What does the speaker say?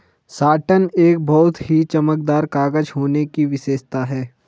satin एक बहुत ही चमकदार कागज होने की विशेषता है